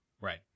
Right